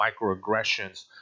microaggressions